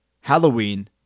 Halloween